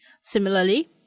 Similarly